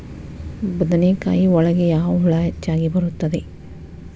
ಬದನೆಕಾಯಿ ಒಳಗೆ ಯಾವ ಹುಳ ಹೆಚ್ಚಾಗಿ ಬರುತ್ತದೆ?